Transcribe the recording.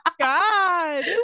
God